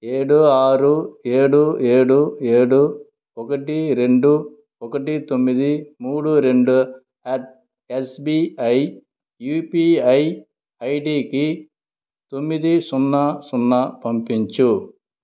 ఏడు ఆరు ఏడు ఏడు ఏడు ఒకటి రెండు ఒకటి తొమ్మిది మూడు రెండు అట్ ఎస్బిఐ యూపీఐ ఐడికి తొమ్మిది సున్నా సున్నా పంపించు